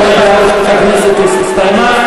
כפי שזה מכונה בערוץ הכנסת, הסתיימה.